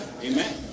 Amen